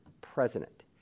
president